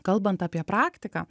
kalbant apie praktiką